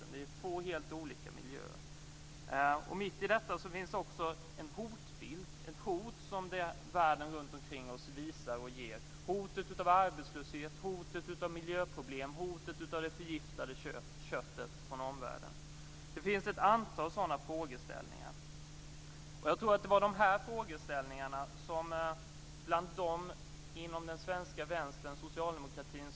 Det är två helt olika miljöer. Mitt i detta finns det också en hotbild när det gäller hot som kommer från världen omkring oss: hot om arbetslöshet, hot i form av miljöproblem, hot om förgiftat kött. Det finns ett antal sådan frågeställningar. Jag tror att det var dessa frågeställningar som den svenska socialdemokratin och vänstern tog upp inför EU-medlemskapet.